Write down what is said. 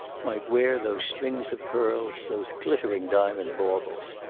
might wear those strings of pearls, those glittering diamond baubles.